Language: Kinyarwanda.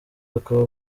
bakaba